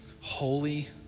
holy